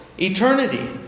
eternity